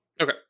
Okay